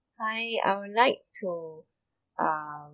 hi I would like to um